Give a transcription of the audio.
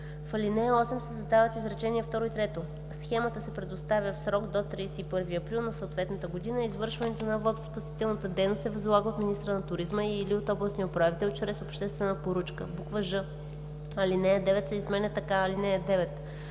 в ал. 8 се създават изречения второ и трето: “Схемата се представя в срок до 31 април на съответната година. Извършването на водноспасителната дейност се възлага от министъра на туризма и/или от областния управител чрез обществена поръчка.“; ж) алинея 9 се изменя така: „(9)